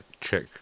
check